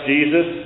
Jesus